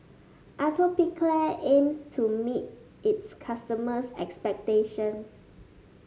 atopiclair aims to meet its customers' expectations